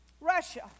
Russia